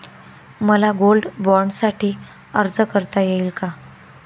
मला गोल्ड बाँडसाठी अर्ज करता येईल का?